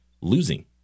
losing